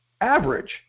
average